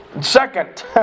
Second